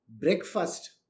breakfast